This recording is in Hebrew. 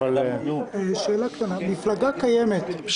ומנגנון